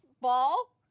ball